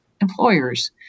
employers